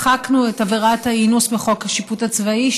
מחקנו את עבירת האינוס מחוק השיפוט הצבאי,